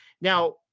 now